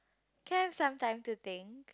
can I have some time to think